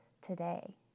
today